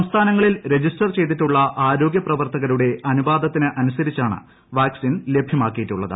സംസ്ഥാനങ്ങളിൽ രജിസ്റ്റർ ് ചെയ്തിട്ടുള്ള ആരോഗൃ പ്രവർത്തകരുടെ അനുപാതത്തിന് ൃഷ്ണുസരിച്ചാണ് വാക്സിൻ ലഭ്യമാക്കിയിട്ടുളളത്